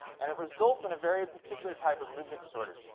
and it results in a very particular type of movement disorders.